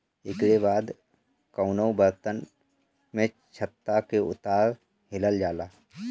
एकरी बाद कवनो बर्तन में छत्ता के उतार लिहल जाला